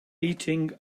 eating